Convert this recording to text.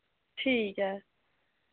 ठीक ऐ